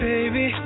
Baby